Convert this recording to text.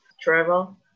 travel